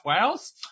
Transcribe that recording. Wales